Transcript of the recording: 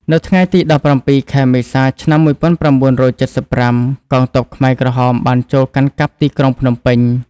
នៅថ្ងៃទី ១៧ ខែមេសា ឆ្នាំ ១៩៧៥ កងទ័ពខ្មែរក្រហមបានចូលកាន់កាប់ទីក្រុងភ្នំពេញ។